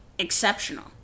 exceptional